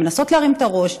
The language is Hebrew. שמנסות להרים את הראש,